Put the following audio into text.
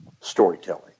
storytelling